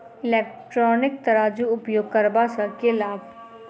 Electronic तराजू उपयोग करबा सऽ केँ लाभ?